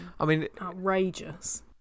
outrageous